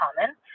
common